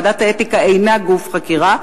כי ועדת האתיקה אינה גוף חקירה.